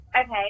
okay